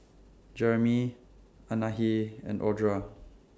Jereme Anahi and Audra